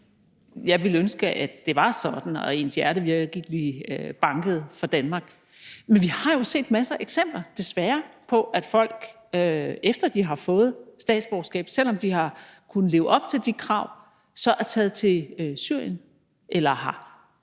Jeg ville ønske, at det var sådan, og at det betød, at ens hjerte virkelig bankede for Danmark, men vi har jo desværre set masser af eksempler på, at folk, efter de har fået statsborgerskab, selv om de har kunnet leve op til kravene, så er taget til Syrien eller har